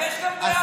כל